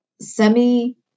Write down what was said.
semi